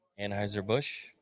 Anheuser-Busch